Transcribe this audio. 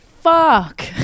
Fuck